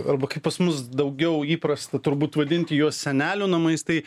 arba kaip pas mus daugiau įprasta turbūt vadinti juos senelių namais tai